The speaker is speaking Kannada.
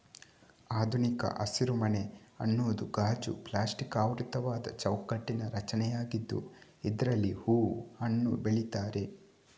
ಆಧುನಿಕ ಹಸಿರುಮನೆ ಅನ್ನುದು ಗಾಜು, ಪ್ಲಾಸ್ಟಿಕ್ ಆವೃತವಾದ ಚೌಕಟ್ಟಿನ ರಚನೆಯಾಗಿದ್ದು ಇದ್ರಲ್ಲಿ ಹೂವು, ಹಣ್ಣು ಬೆಳೀತಾರೆ